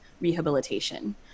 rehabilitation